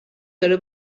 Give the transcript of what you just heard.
داره